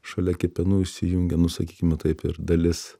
šalia kepenų įsijungia nu sakykime taip ir dalis